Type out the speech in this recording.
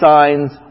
signs